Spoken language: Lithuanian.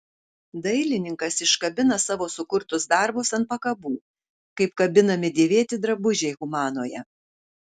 dailininkas iškabina savo sukurtus darbus ant pakabų kaip kabinami dėvėti drabužiai humanoje